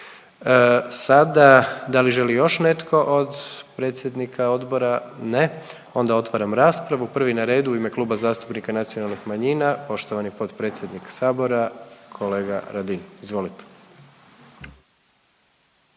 Sada, da li želi još netko od predsjednika odbora? Ne. Onda otvaram raspravu. Prvi na redu u ime Kluba zastupnika nacionalnih manjina, poštovani potpredsjednik Sabora, kolega Radin. Izvolite.